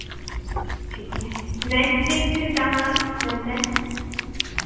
ठीक है next week फिर कहाँ रहते हैं